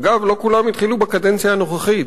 אגב, לא כולן התחילו בקדנציה הנוכחית.